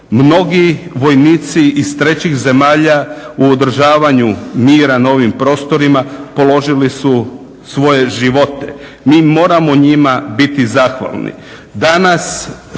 Mnogi vojnici iz trećih zemalja u održavanju mira na ovim prostorima položili su svoje živote. Mi moramo njima biti zahvalni.